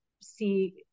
see